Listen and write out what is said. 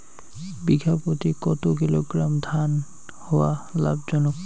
বিঘা প্রতি কতো কিলোগ্রাম ধান হওয়া লাভজনক?